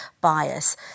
bias